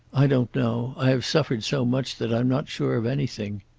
i don't know. i have suffered so much that i'm not sure of anything.